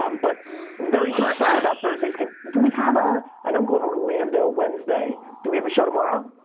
um but very concerned about thursday's game. do we have a, i know i'm going to orlando wednesday. do we have a show tomorrow?